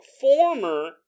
former